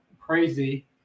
crazy